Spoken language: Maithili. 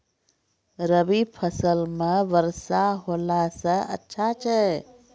रवी फसल म वर्षा होला से अच्छा छै?